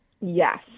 Yes